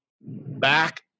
back